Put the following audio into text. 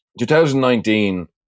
2019